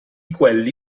quelli